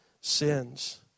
sins